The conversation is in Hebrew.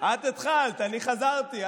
את התחלת, אני חזרתי.